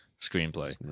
screenplay